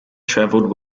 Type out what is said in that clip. traveled